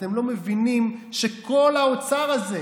אתם לא מבינים שכל האוצר הזה,